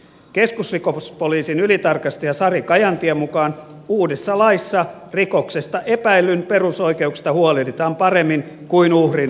keskusrikospoliisin ylitarkastajan sari kajantien mukaan uudessa laissa rikoksesta epäillyn perusoikeuksista huolehditaan paremmin kuin uhrin oikeuksista